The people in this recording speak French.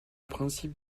principe